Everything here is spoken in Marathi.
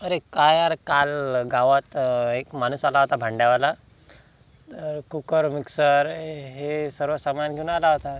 अरे काय यार काल गावात एक माणूस आला होता भांड्यावाला कुकर मिक्सर हे सर्व सामान घेऊन आला होता